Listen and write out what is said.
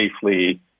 safely